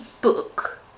book